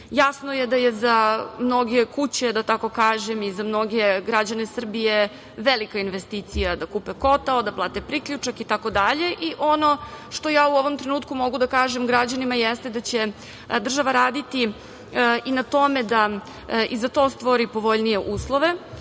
Jasno je da mnoge kuće, da tako kažem, i za mnoge građane Srbije velika investicija da kupe kotao, da plate priključak itd. i ono što ja u ovom trenutku mogu da kažem građanima jeste da će država raditi i na tome da i za to stvori povoljnije uslove,